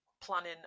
planning